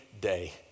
day